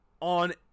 on